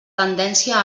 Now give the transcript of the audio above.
tendència